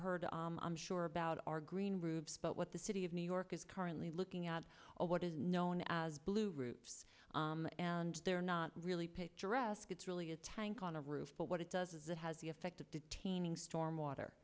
heard i'm sure about are green groups but what the city of new york is currently looking at what is known as blue and they're not really picturesque it's really a tank on a roof but what it does is it has the effect of detaining storm water